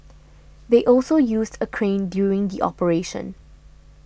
they also used a crane during the operation